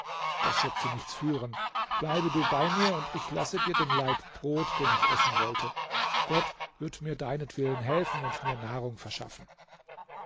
das wird zu nichts führen bleibe du bei mir und ich lasse dir den laib brot den ich essen wollte gott wird mir deinetwillen helfen und mir nahrung verschaffen